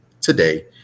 today